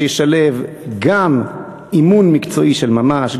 שישלב גם אימון מקצועי של ממש,